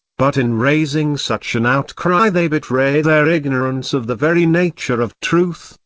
but in raising such an outcry they betray their ignorance of the very nature of truth,